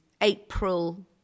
April